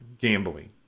gambling